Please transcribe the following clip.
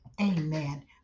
Amen